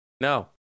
No